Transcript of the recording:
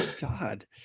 God